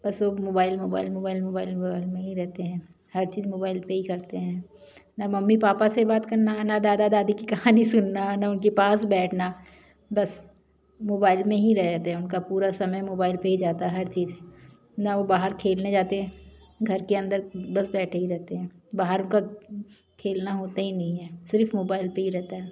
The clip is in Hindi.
बस वो mobile mobile mobile mobile mobile में ही रहते हैं हर चीज़ मोबाइल पर ही करते हैं ना मम्मी पापा से बात करना ना दादा दादी की कहानी सुनना ना उनके पास बैठना बस मोबाइल में ही रह जाते उनका पूरा समय मोबाइल पर ही जाता हर चीज़ ना वो बाहर खेलने जाते हैं घर के अंदर बस बैठे ही रहते हैं बाहर का खेलना होता ही नहीं है सिर्फ़ मोबाइल पर ही रहता है